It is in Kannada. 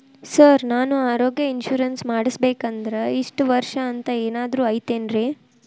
ಸರ್ ನಾನು ಆರೋಗ್ಯ ಇನ್ಶೂರೆನ್ಸ್ ಮಾಡಿಸ್ಬೇಕಂದ್ರೆ ಇಷ್ಟ ವರ್ಷ ಅಂಥ ಏನಾದ್ರು ಐತೇನ್ರೇ?